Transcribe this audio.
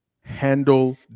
handle